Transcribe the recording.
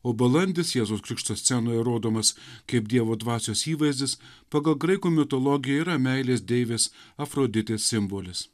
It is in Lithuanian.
o balandis jėzaus krikšto scenoje rodomas kaip dievo dvasios įvaizdis pagal graikų mitologiją yra meilės deivės afroditės simbolis